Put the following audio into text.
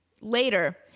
later